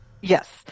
Yes